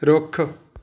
ਰੁੱਖ